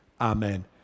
amen